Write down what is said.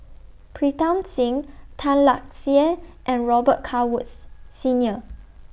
Pritam Singh Tan Lark Sye and Robet Carr Woods Senior